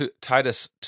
Titus